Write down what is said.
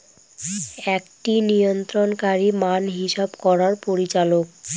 একটি নিয়ন্ত্রণকারী মান হিসাব করার পরিচালক